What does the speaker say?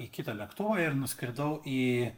į kitą lėktuvą ir nuskridau į